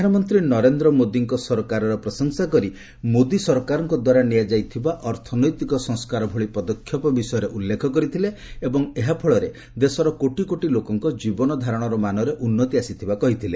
ପ୍ରଧାନମନ୍ତ୍ରୀ ନରେନ୍ଦ୍ର ମୋଦିଙ୍କ ସରକାରର ପ୍ରଶଂସା କରି ମୋଦି ସରକାରଙ୍କ ଦ୍ୱାରା ନିଆଯାଇଥିବା ଅର୍ଥନୈତିକ ସଂସ୍କାର ଭଳି ପଦକ୍ଷେପ ବିଷୟରେ ଉଲ୍ଲ୍ଜେଖ କରିଥିଲେ ଏବଂ ଏହା ଫଳରେ ଦେଶର କୋଟିକୋଟି ଲୋକଙ୍କ ଜୀବନ ଧାରଣର ମାନରେ ଉନ୍ନତି ଆସିଥିବା କହିଥିଲେ